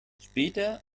später